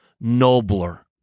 nobler